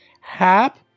Hap